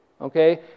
Okay